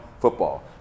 football